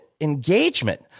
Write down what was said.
engagement